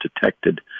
detected